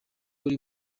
uri